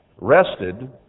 rested